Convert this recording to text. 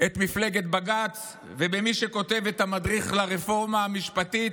את "מפלגת בג"ץ"; בידי מי שכותב את המדריך לרפורמה המשפטית.